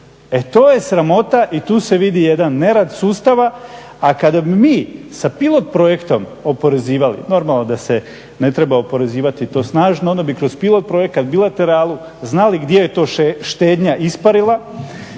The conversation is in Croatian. E to je sramota i tu se vidi jedan nerad sustava, a kada bi mi sa pilot projektom oporezivali, normalno da se ne treba oporezivati to snažno onda bi kroz pilot projekat bilateralu znali gdje je to štednja isparila,